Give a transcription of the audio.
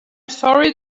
sorry